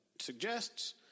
suggests